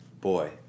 boy